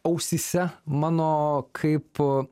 ausyse mano kaip